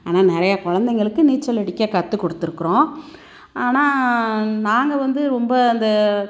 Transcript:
ஆனால் நிறையா கொழந்தைங்களுக்கு நீச்சல் அடிக்க கற்றுக் கொடுத்துருக்குறோம் ஆனால் நாங்கள் வந்து ரொம்ப அந்த